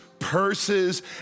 purses